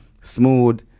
smooth